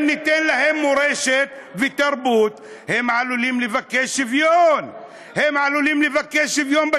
אם ניתן להם מורשת ותרבות, הם עלולים לבקש שוויון.